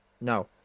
No